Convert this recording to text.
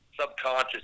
Subconscious